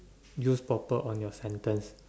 use proper on your sentence